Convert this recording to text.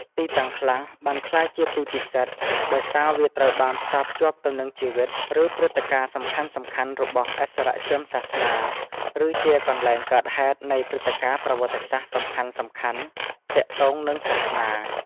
ទីតាំងខ្លះបានក្លាយជាទីពិសិដ្ឋដោយសារវាត្រូវបានផ្សារភ្ជាប់ទៅនឹងជីវិត ឬព្រឹត្តិការណ៍សំខាន់ៗរបស់ឥស្សរជនសាសនា ឬជាកន្លែងកើតហេតុនៃព្រឹត្តិការណ៍ប្រវត្តិសាស្ត្រសំខាន់ៗទាក់ទងនឹងសាសនា។